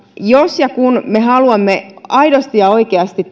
jos ja kun me haluamme aidosti ja oikeasti